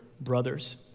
brothers